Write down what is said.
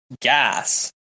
gas